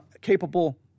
capable